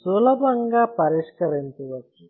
సులభంగా పరిష్కరించవచ్చు